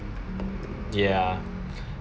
yeah